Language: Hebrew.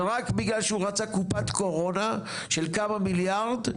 ורק בגלל שהוא רצה קופת קורונה של כמה מיליארד,